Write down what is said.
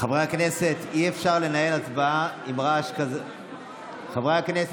אינו נוכח קארין אלהרר,